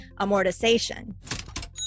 amortization